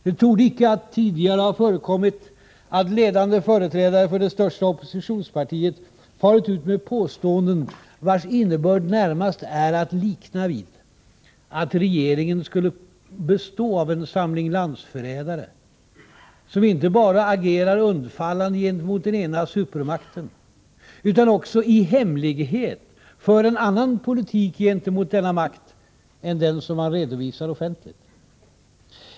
Det torde icke tidigare ha förekommit att ledande företrädare för det största oppositionspartiet farit ut med påståenden vilkas innebörd närmast är att likna vid att regeringen skulle bestå av en samling landsförrädare, som inte bara agerar undfallande gentemot den ena supermakten utan också i hemlighet för en annan politik gentemot denna makt än den som redov offentligt.